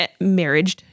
married